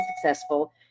successful